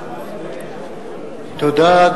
תודה.